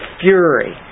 fury